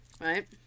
right